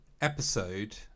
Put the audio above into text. episode